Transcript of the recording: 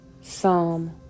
Psalm